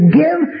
give